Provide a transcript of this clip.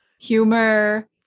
humor